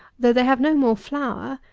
though they have no more flour,